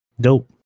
Dope